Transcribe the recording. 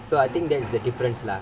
so I think that's the difference lah